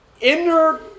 inner